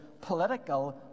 political